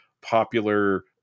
popular